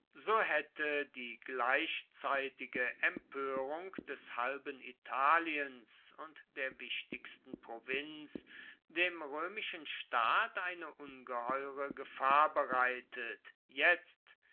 so hätte die gleichzeitige empörung des halben italiens und der wichtigsten provinz dem römischen staat eine ungeheure gefahr bereitet jetzt